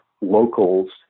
locals